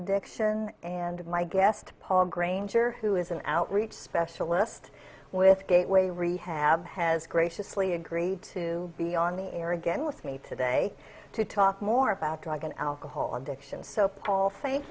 addiction and my guest paul granger who is an outreach specialist with gateway rehab has graciously agreed to be on the air again with me today to talk more about drug and alcohol addiction so paul thank